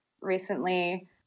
recently